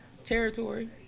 Territory